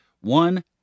One